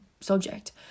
subject